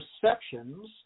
perceptions